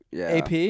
AP